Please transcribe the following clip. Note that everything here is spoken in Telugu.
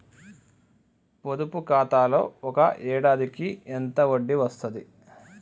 పొదుపు ఖాతాలో ఒక ఏడాదికి ఎంత వడ్డీ వస్తది?